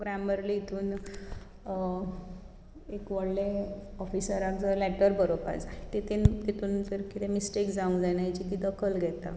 Grammarly हातूंत एक व्हडलें ऑफिसराक जर लॅटर बरोवपाक जाय तातूंत जर कितें मिस्टेक जावंक जायना हाची दखल घेता